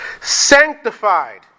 sanctified